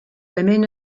women